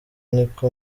niko